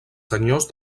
senyors